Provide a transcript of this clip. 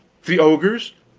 the ogres,